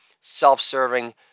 self-serving